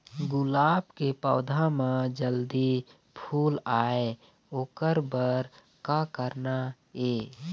गुलाब के पौधा म जल्दी फूल आय ओकर बर का करना ये?